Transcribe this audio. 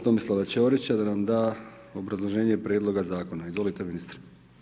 Tomislava Ćorića da nam da obrazloženje prijedloga zakona, izvolite ministre.